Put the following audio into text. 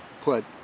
put